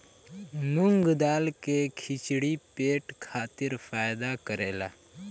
मूंग दाल के खिचड़ी पेट खातिर फायदा करेला